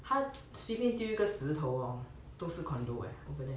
他随便丢一个石头哦都是 condo eh over there